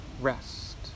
rest